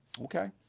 Okay